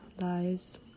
lies